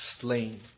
slain